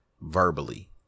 verbally